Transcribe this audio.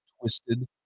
twisted